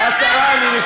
זה לא רעש.